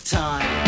time